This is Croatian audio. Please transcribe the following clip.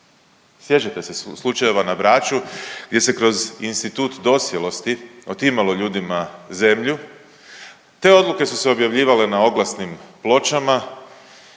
Sjećate se slučajeva na Braču gdje se kroz institut dosjelosti otimalo ljudima zemlju. Te odluke su se objavljivale na oglasnim pločama